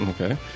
Okay